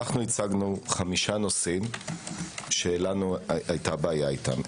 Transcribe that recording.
הצגנו חמישה נושאים שלנו הייתה בעיה איתם.